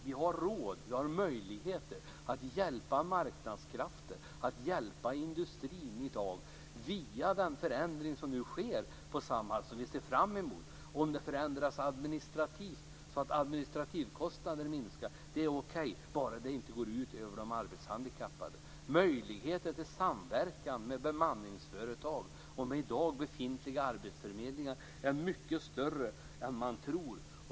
Vi har råd och vi har möjligheter att hjälpa marknadskrafter och industrin i dag via den förändring som nu sker för Samhall, som vi ser framemot. Om det förändras administrativt, så att de administrativa kostnaderna minskar, är det okej, bara det inte går ut över de arbetshandikappade. Möjligheter till samverkan med bemanningsföretag och med i dag befintliga arbetsförmedlingar är mycket större än man tror.